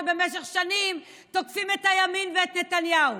שבמשך שנים תוקפים את הימין ואת נתניהו,